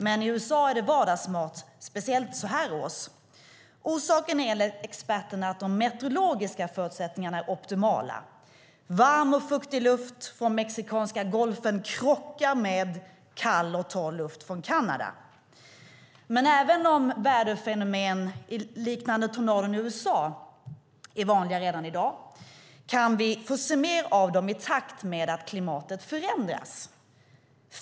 Men i USA är de vardagsmat, speciellt så här års. Orsaken är enligt experterna att de meteorologiska förutsättningarna är optimala - varm och fuktig luft från Mexikanska golfen krockar med kall och torr luft från Kanada. Men även om väderfenomen liknande tornadon i USA är vanliga redan i dag kan vi få se mer av dem i takt med att klimatet förändras.